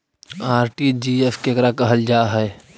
RTGS केकरा कहल जा है?